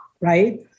right